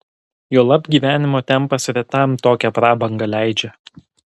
juolab gyvenimo tempas retam tokią prabangą leidžia